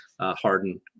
Harden